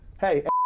hey